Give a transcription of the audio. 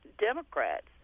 Democrats